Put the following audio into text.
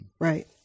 Right